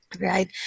Right